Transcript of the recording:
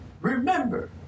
remember